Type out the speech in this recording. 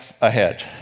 ahead